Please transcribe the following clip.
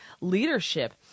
leadership